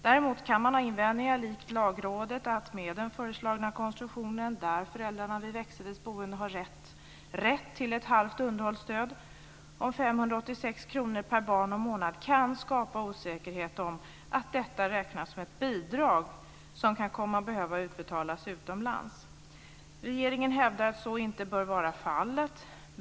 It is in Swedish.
Däremot kan man likt Lagrådet ha invändningen att det med den föreslagna konstruktionen, där föräldrarna vid växelvis boende har rätt till ett halvt underhållsstöd om 586 kr per barn och månad, kan uppstå osäkerhet om ifall detta räknas som ett bidrag som kan komma att behöva utbetalas utomlands. Regeringen hävdar att så inte bör vara fallet.